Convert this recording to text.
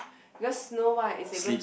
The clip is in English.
because Snow-White is able